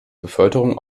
beförderung